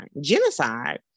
genocide